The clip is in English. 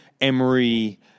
Emery